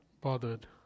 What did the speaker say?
bothered